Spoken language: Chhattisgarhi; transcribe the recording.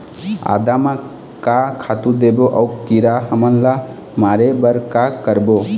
आदा म का खातू देबो अऊ कीरा हमन ला मारे बर का करबो?